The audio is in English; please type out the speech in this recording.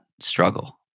struggle